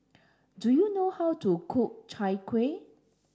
do you know how to cook Chai Kueh